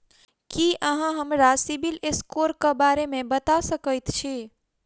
की अहाँ हमरा सिबिल स्कोर क बारे मे बता सकइत छथि?